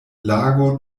lago